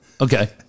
Okay